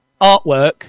artwork